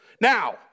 Now